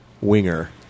Winger